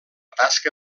tasca